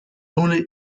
only